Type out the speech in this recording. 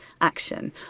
action